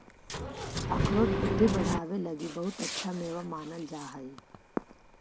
अखरोट बुद्धि बढ़ावे लगी बहुत अच्छा मेवा मानल जा हई